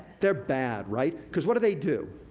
they're bad, right? cause what do they do?